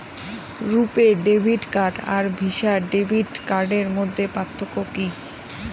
রূপে debit card আর Visa debit কার্ডের মধ্যে পার্থক্য কি?